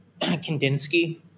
Kandinsky